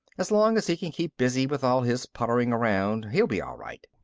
as long as he can keep busy with all his puttering around, he'll be all right.